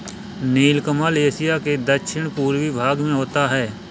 नीलकमल Asia के दक्षिण पूर्वी भाग में होता है